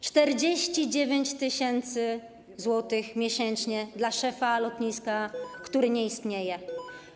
49 tys. zł miesięcznie dla szefa lotniska, które nie istnieje.